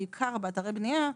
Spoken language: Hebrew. בעיקר באתרי בנייה.